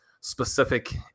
specific